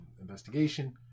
investigation